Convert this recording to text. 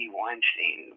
Weinstein